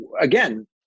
Again